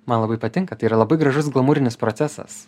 man labai patinka tai yra labai gražus glamūrinis procesas